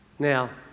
Now